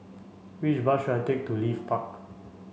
which bus should I take to Leith Park